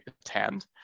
attend